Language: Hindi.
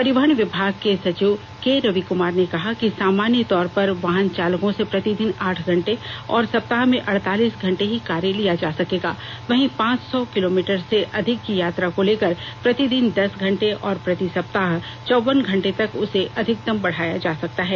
परिवहन विभाग के सचिव के रवि कुमार ने कहा कि सामान्य तौर पर वाहन चालकों से प्रतिदिन आठ घंटे और सप्ताह में अड़तालीस घंटे ही कार्य लिया जा सकेगा वहीं पांच सौ किलोमीटर से अधिक की यात्रा को लेकर प्रतिदिन दस घंटे और प्रति सप्ताह चौवन घंटे तक उसे अधिकतम बढ़ाया जा सकता है